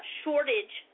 shortage